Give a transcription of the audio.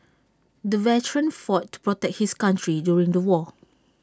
the veteran fought to protect his country during the war